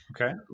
Okay